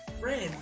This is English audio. friends